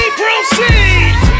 proceed